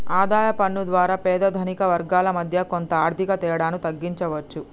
ఆదాయ పన్ను ద్వారా పేద ధనిక వర్గాల మధ్య కొంత ఆర్థిక తేడాను తగ్గించవచ్చు